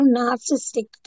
narcissistic